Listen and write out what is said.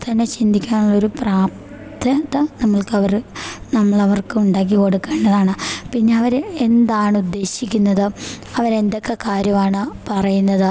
തന്നെ ചിന്തിക്കാനുള്ളൊരു പ്രാപ്തത നമ്മൾക്ക് അവർ നമ്മളവർക്ക് ഉണ്ടാക്കി കൊടുക്കേണ്ടതാണ് പിന്നെ അവർ എന്താണ് ഉദ്ദേശിക്കുന്നത് അവർ എന്തൊക്കെ കാര്യമാണ് പറയുന്നത്